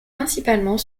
principalement